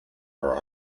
are